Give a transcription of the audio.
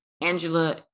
Angela